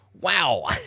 Wow